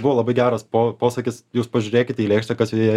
buvo labai geras posakis jūs pažiūrėkite į lėkštę kas joje